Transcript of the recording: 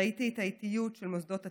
ראיתי את האיטיות של מוסדות התכנון,